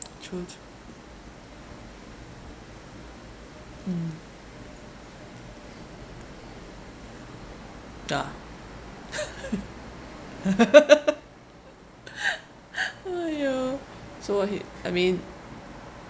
true mm duh !aiyo! so what he I mean